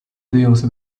deals